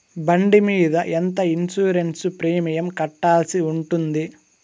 బండి మీద ఎంత ఇన్సూరెన్సు ప్రీమియం కట్టాల్సి ఉంటుంది?